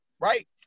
right